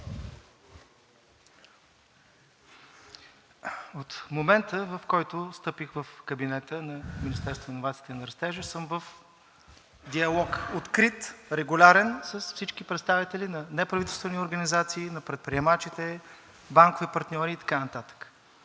От момента, в който стъпих в кабинета на Министерството на иновациите и растежа, съм в открит, регулярен диалог с всички представители на неправителствени организации, на предприемачите, банкови партньори и така